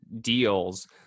deals